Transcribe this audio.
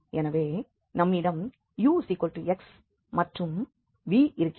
எனவே நம்மிடம் ux மற்றும் v இருக்கிறது